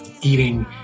eating